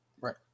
Right